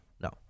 No